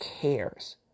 cares